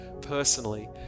personally